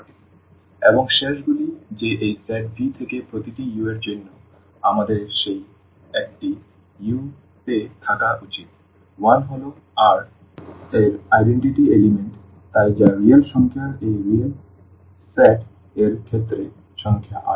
λμuλuμu∀λμ∈Ru∈V এবং শেষ গুলি যে এই সেট V থেকে প্রতিটি u এর জন্য আমাদের সেই 1টি u তে থাকা উচিত 1 হল R এর আইডেন্টিটি উপাদান তাই যা রিয়েল সংখ্যার এই রিয়েল সংখ্যা সেট এর ক্ষেত্রে সংখ্যা R